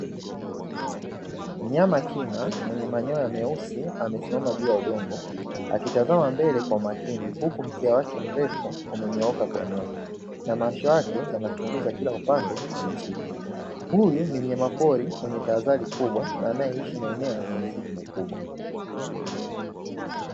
Mnyama kima mwenye manyonya meusi amesimama juu ya udongo, akitazama mbele kwa umakini huku mkia wake mrefu umenyooka kwa nyuma na macho yake yanachunguza kila upande kwa makini. Huyu ni mnyama pori mwenye tahadhari kubwa na anayeishi kwenye maeneo yenye misitu mkubwa.